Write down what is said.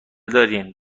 دارین